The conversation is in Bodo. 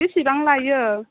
बेसेबां लायो